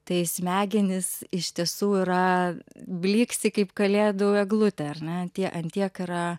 tai smegenys iš tiesų yra blyksi kaip kalėdų eglutė ar ne an tie ant tiek yra